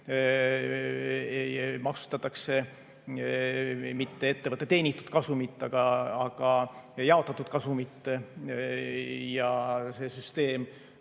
maksustatakse mitte ettevõtte teenitud kasumit, vaid jaotatud kasumit. See süsteem